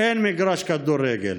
אין מגרש כדורגל